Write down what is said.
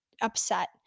upset